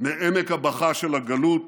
מעמק הבכא של הגלות